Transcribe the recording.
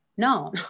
no